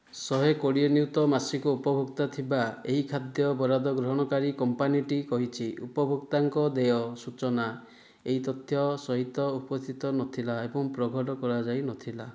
ଶହେ କୋଡ଼ିଏ ନିୟୁତ ମାସିକ ଉପଭୋକ୍ତା ଥିବା ଏହି ଖାଦ୍ୟ ବରାଦ ଗ୍ରହଣକାରୀ କମ୍ପାନୀଟି କହିଛି ଉପଭୋକ୍ତାଙ୍କ ଦେୟ ସୂଚନା ଏହି ତଥ୍ୟ ସହିତ ଉପସ୍ଥିତ ନଥିଲା ଏବଂ ପ୍ରଘଟ କରାଯାଇ ନଥିଲା